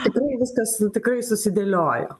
tikrai viskas tikrai susidėliojo